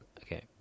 okay